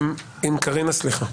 עם קארין הסליחה.